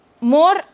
more